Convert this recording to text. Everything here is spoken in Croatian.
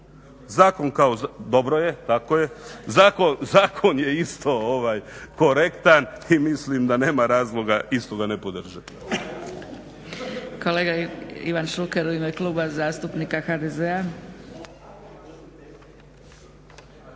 zakon je isto korektan i mislim da nema razloga istoga ne podržati.